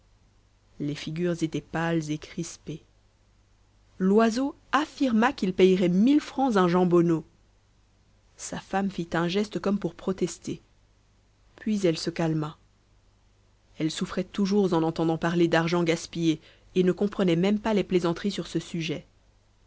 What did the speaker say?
les figures étaient pâles et crispées loiseau affirma qu'il payerait mille francs un jambonneau sa femme fit un geste comme pour protester puis elle se calma elle souffrait toujours en entendant parler d'argent gaspillé et ne comprenait même pas les plaisanteries sur ce sujet